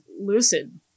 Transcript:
lucid